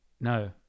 no